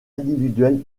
individuelles